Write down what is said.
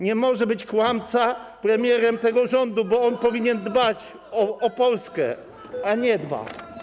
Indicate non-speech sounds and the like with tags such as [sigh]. Nie może być kłamca premierem tego rządu, bo on powinien dbać o Polskę, [noise] a nie dba.